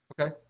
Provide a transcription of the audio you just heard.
Okay